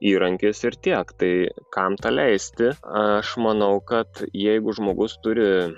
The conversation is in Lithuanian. įrankis ir tiek tai kam tą leisti aš manau kad jeigu žmogus turi